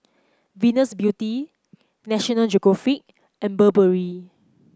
Venus Beauty National Geographic and Burberry